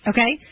Okay